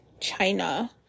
China